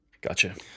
Gotcha